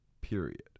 period